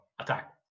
attack